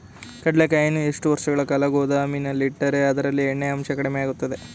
ಕಡ್ಲೆಕಾಯಿಯನ್ನು ಎಷ್ಟು ವರ್ಷಗಳ ಕಾಲ ಗೋದಾಮಿನಲ್ಲಿಟ್ಟರೆ ಅದರಲ್ಲಿಯ ಎಣ್ಣೆ ಅಂಶ ಕಡಿಮೆ ಆಗುತ್ತದೆ?